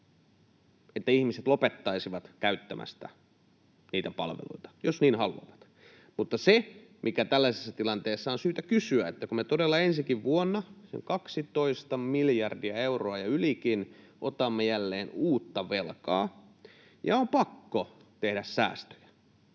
että ihmiset lopettaisivat käyttämästä niitä palveluita, jos niin haluavat. Mutta se, mikä tällaisessa tilanteessa on syytä kysyä, on se, että kun me todella ensikin vuonna 12 miljardia euroa ja ylikin otamme jälleen uutta velkaa ja on pakko tehdä säästöjä,